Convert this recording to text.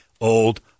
old